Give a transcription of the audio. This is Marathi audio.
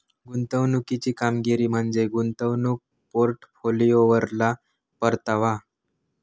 गुंतवणुकीची कामगिरी म्हणजे गुंतवणूक पोर्टफोलिओवरलो परतावा